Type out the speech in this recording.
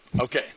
Okay